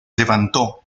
levantó